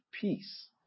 peace